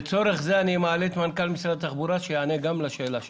לצורך זה אני מעלה את מנכ"ל משרד התחבורה שיענה גם על השאלה שלך.